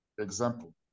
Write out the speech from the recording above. example